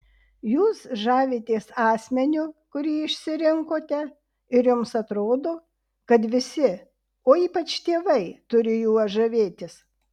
jūs žavitės asmeniu kurį išsirinkote ir jums atrodo kad visi o ypač tėvai turi juo žavėtis